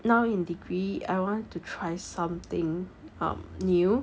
now in degree I want to try something um new